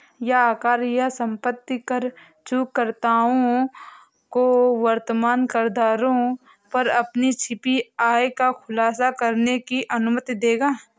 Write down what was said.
यह आयकर या संपत्ति कर चूककर्ताओं को वर्तमान करदरों पर अपनी छिपी आय का खुलासा करने की अनुमति देगा